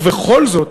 ובכל זאת